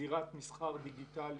זירת מסחר דיגיטלי